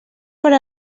per